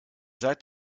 seid